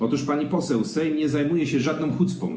Otóż, pani poseł, Sejm nie zajmuje się żadną hucpą.